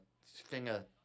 finger